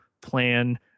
plan